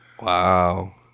wow